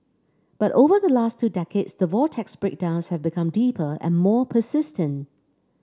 but over the last two decades the vortex's breakdowns have become deeper and more persistent